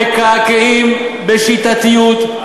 מקעקעים בשיטתיות,